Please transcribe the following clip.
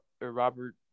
Robert